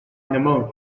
pneumonia